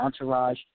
entourage